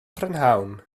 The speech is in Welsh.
prynhawn